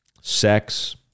sex